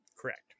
Correct